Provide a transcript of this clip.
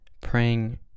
praying